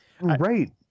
Right